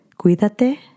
cuídate